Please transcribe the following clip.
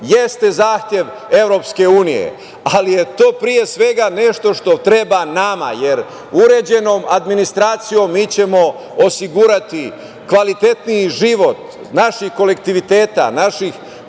jeste zahtev EU, ali je to pre svega nešto što treba nama. Jer, uređenom administracijom mi ćemo osigurati kvalitetniji život naših kolektiviteta, naših